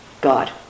God